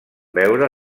veure